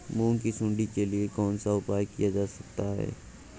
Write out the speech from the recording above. मूंग की सुंडी के लिए कौन सा उपाय किया जा सकता है?